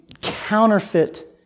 counterfeit